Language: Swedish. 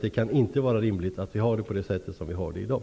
Det kan inte vara rimligt att vi har det på det sätt som vi har i dag.